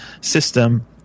system